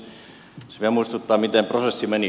jos vielä muistuttaa miten prosessi meni